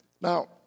Now